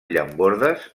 llambordes